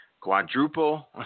quadruple